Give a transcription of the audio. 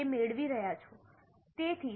તે મેળવી રહ્યાં છો